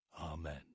Amen